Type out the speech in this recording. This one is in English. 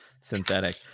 synthetic